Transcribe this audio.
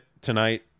tonight